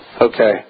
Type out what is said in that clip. Okay